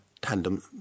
tandem